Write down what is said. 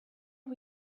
are